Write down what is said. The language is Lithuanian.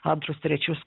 antrus trečius